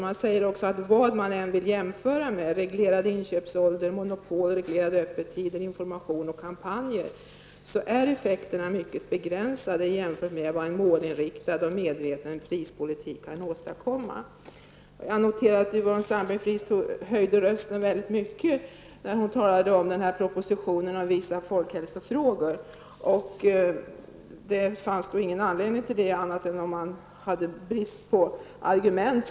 Man säger också att vad man än vill jämföra med, reglerad inköpsålder, monopol, reglerade öppettider, information och kampanjer, är effekterna mycket begränsade jämfört med vad en målinriktad och medveten prispolitik kan åstadkomma. Jag noterade att Yvonne Sandberg-Fries höjde rösten väldigt mycket när hon talade om propositionen rörande vissa folkhälsofrågor. Det fanns ingen anledning till det, om hon inte hade brist på argument.